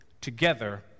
together